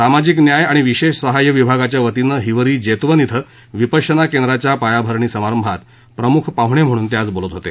सामाजिक न्याय आणि विशेष सहाय्य विभागाच्या वतीनं हिवरी जेतवन के विपश्यना केंद्राच्या पायाभरणी समारंभात प्रमुख अतिथी म्हणून ते आज बोलत होते